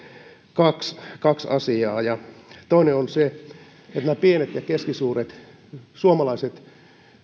kaksi kaksi asiaa toinen on se että myös pienet ja keskisuuret suomalaiset